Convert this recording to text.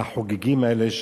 מהחוגגים האלה,